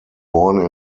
born